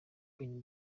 open